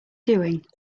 doing